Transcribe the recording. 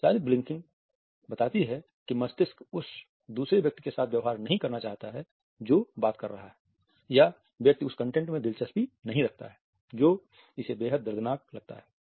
विस्तारित ब्लिंकिंग बताती है कि मस्तिष्क उस दूसरे व्यक्ति के साथ व्यवहार नहीं करना चाहता है जो बात कर रहा है या व्यक्ति उस कंटेंट में दिलचस्पी नहीं रखता है जो इसे बेहद दर्दनाक लगता है